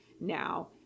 now